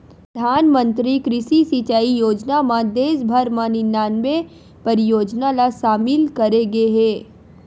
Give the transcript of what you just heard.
परधानमंतरी कृषि सिंचई योजना म देस भर म निनानबे परियोजना ल सामिल करे गे हे